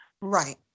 Right